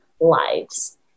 lives